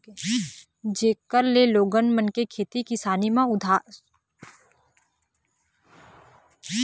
जेखर ले लोगन मन के खेती किसानी म सुधार हो सकय